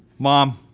mom,